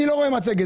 אני לא רואה מצגת.